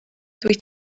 dwyt